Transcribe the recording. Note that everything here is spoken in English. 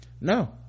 no